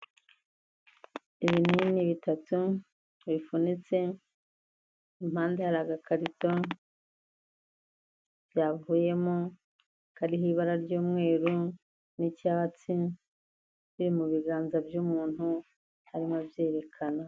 Ibinini bitatu bifunitse impande hari agakarito byavuyemo kari mu ibara ry'umweru n'icyatsiri, biri mu biganza by'umuntu arimo abyerekana.